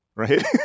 Right